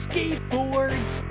Skateboards